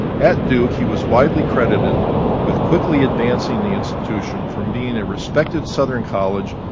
at duke, he was widely credited with quickly advancing the institution from being a respected southern college,